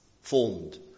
formed